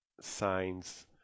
signs